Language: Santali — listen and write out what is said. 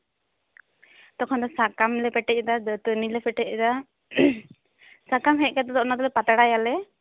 ᱛᱚᱠᱷᱚᱱ ᱫᱚ ᱥᱟᱠᱟᱢ ᱞᱮ ᱯᱮᱴᱮᱡ ᱮᱫᱟ ᱫᱟᱹᱛᱟᱹᱱᱤ ᱞᱮ ᱯᱮᱴᱮᱡ ᱮᱫᱟ ᱥᱟᱠᱟᱢ ᱦᱮᱡ ᱠᱟᱛᱮᱫ ᱫᱚ ᱚᱱᱟ ᱫᱚᱞᱮ ᱯᱟᱛᱲᱟᱭᱟᱞᱮ